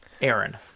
Aaron